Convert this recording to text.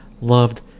loved